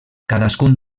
cadascun